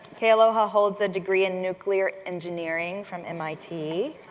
kealoha holds a degree in nuclear engineering from mit,